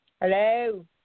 Hello